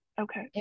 okay